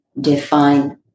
define